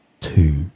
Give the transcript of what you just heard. Two